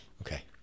Okay